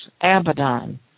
Abaddon